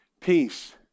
Peace